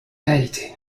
réalité